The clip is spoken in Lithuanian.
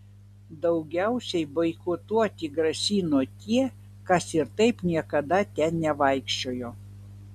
daugiausiai boikotuoti grasino tie kas ir taip niekada ten nevaikščiojo